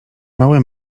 mały